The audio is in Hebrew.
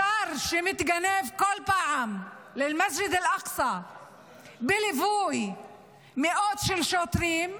שר שמתגנב בכל פעם למסג'ד אל-אקצא בליווי מאות שוטרים,